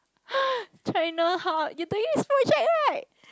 China how you doing spot check right